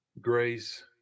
Grace